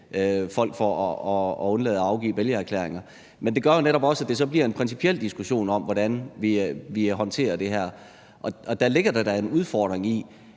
folk for at undlade at afgive vælgererklæringer. Men det gør jo netop også, at det så bliver en principiel diskussion om, hvordan vi håndterer det her. Og der ligger da en udfordring i